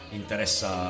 interessa